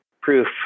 proof